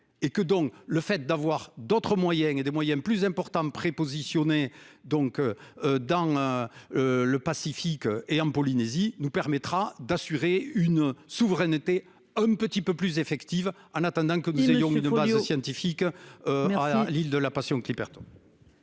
et que donc le fait d'avoir d'autres moyens et des moyens plus importants prépositionnés donc. Dans. Le Pacifique et en Polynésie nous permettra d'assurer une souveraineté un petit peu plus effective en attendant. De scientifique. Alors l'île de la passion Clipperton.